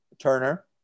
Turner